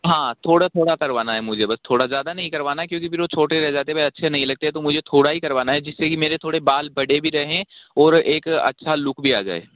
हाँ थोड़ा थोड़ा करवाना हैं मुझे बस थोड़ा ज़्यादा नहीं करवाना क्योंकि फिर वो छोटे रह जाते वह अच्छे नहीं लगते तो मुझे थोड़ा ही करवाना है जिससे मेरे थोड़े बाल बड़े भी रहे और एक अच्छा लुक भी आ जाए